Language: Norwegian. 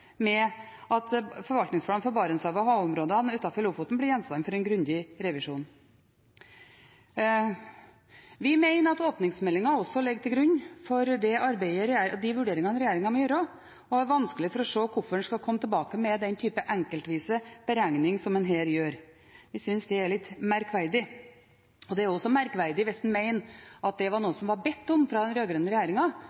med at forvaltningsplanen for Barentshavet og havområdene utenfor Lofoten blir gjenstand for en grundig revisjon. Vi mener at åpningsmeldingen ligger til grunn for de vurderingene regjeringen må gjøre, og har vanskelig for å se hvorfor en skal komme tilbake med enkeltvise beregninger som en gjør her. Vi synes det er litt merkverdig. Det er også merkverdig hvis en mener at dette var noe som var bedt om fra den